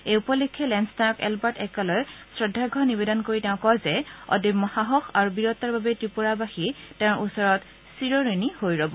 এই উপলক্ষে লেন্সনোয়ক এলবাৰ্ট এক্কালৈ শ্ৰদ্ধাৰ্ঘ্য নিৱেদন কৰি তেওঁ কয় যে অদম্য সাহস আৰু বীৰত্বৰ বাবে ত্ৰিপুৰাবাসী তেওঁৰ ওচৰত চিৰঋণী হৈ ৰ'ব